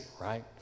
right